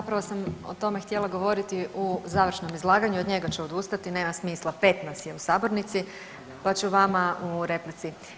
Zapravo sam o tome htjela govoriti u završnom izlaganju od njega ću odustati, nema smisla, 5 nas je u sabornici, pa ću vama u replici.